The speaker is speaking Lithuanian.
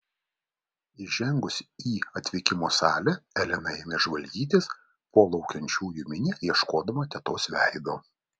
įžengusi į atvykimo salę elena ėmė žvalgytis po laukiančiųjų minią ieškodama tetos veido